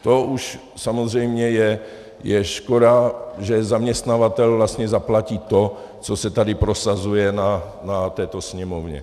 To už samozřejmě je škoda, že zaměstnavatel vlastně zaplatí to, co se tady prosazuje na této Sněmovně.